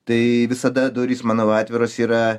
tai visada durys manau atviros yra